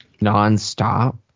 nonstop